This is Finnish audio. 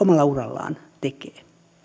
omalla urallaan tekee